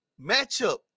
matchup